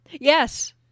Yes